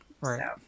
Right